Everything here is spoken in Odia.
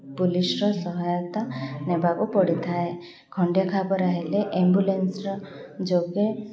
ପୋଲିସର ସହାୟତା ନେବାକୁ ପଡ଼ିଥାଏ ଖଣ୍ଡିଆ ଖାବରା ହେଲେ ଆମ୍ବୁଲେନ୍ସର ଯୋଗେ